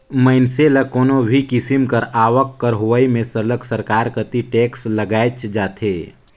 मइनसे ल कोनो भी किसिम कर आवक कर होवई में सरलग सरकार कती टेक्स लगाएच जाथे